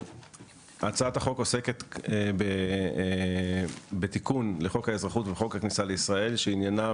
הצעת החוק עוסקת בתיקון לחוק האזרחות וחוק הכניסה לישראל שעניינם